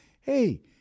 hey